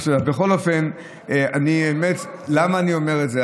בכל אופן, למה אני אומר את זה?